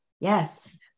Yes